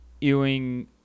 Ewing